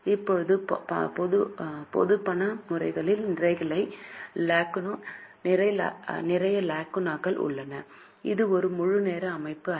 இப்போது பொது பண முறைமையில் நிறைய லாகுனாக்கள் உள்ளன இது ஒரு முழு ஆதார அமைப்பு அல்ல